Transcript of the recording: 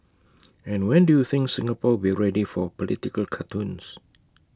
and when do you think Singapore will ready for political cartoons